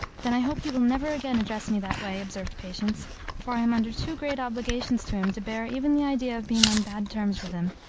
then i hope he will never again address me that way, observed patience, for i am under too great obligations to him to bear even the idea of being on bad terms with him.